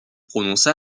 prononce